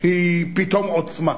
היא פתאום עוצמה.